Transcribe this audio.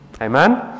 Amen